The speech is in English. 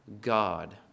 God